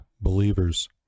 believers